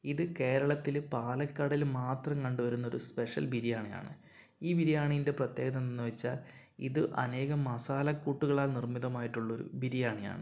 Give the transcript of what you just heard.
ഇത് കേരളത്തില് പാലക്കാടില് മാത്രം കണ്ടു വരുന്നൊരു സ്പെഷ്യൽ ബിരിയാണി ആണ് ഈ ബിരിയാണീൻ്റെ പ്രത്യേകത എന്തെന്ന് വെച്ചാൽ ഇത് അനേകം മസാല കൂട്ടുകളാൽ നിർമ്മിതമായിട്ടുള്ളൊരു ബിരിയാണി ആണ്